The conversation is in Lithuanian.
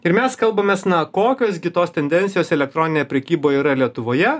ir mes kalbamės na kokios gi tos tendencijos elektroninėje prekyboje yra lietuvoje